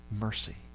mercy